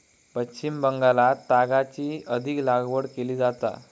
पश्चिम बंगालात तागाची अधिक लागवड केली जाता